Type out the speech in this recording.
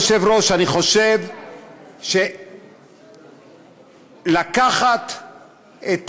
כבוד היושב-ראש, אני חושב שצריך לקחת את